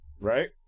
Right